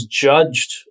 judged